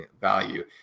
value